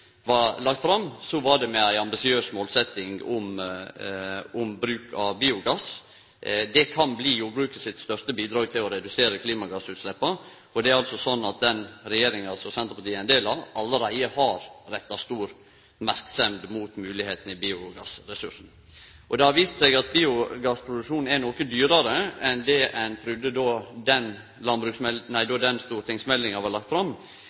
var det med ei ambisiøs målsetjing om bruk av biogass – det kan bli jordbruket sitt største bidrag til å redusere klimagassutsleppa. Det er altså slik at den regjeringa som Senterpartiet er ein del av, allereie har retta stor merksemd mot moglegheitene i biogassressursen. Det har vist seg at biogassproduksjon er noko dyrare enn det ein trudde då den stortingsmeldinga blei lagd fram.